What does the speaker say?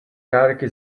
dárky